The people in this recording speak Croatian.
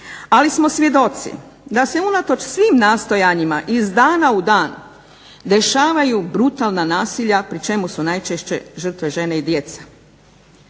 ali smo svjedoci da se unatoč svim nastojanjima iz dana u dan dešavaju brutalna nasilja pri čemu su najčešće žrtve žene i djeca.